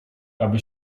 aby